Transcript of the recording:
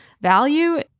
value